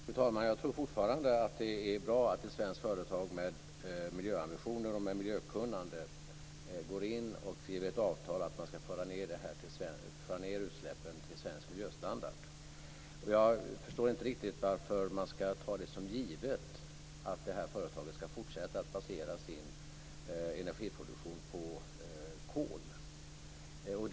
Fru talman! Jag tror fortfarande att det är bra att ett svenskt företag med miljöambitioner och med miljökunnande går in och skriver ett avtal om att man ska föra ned utsläppen till svensk miljöstandard. Jag förstår inte riktigt varför man ska ta det som givet att företaget ska fortsätta att basera sin energiproduktion på kol.